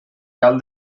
cal